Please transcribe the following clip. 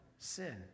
sin